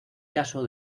caso